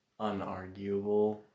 Unarguable